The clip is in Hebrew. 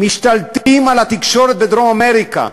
והפלסטינים משתלטים על התקשורת בדרום-אמריקה.